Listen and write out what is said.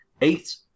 Eight